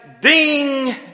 ding